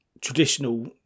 traditional